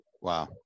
Wow